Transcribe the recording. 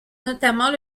notamment